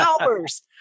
hours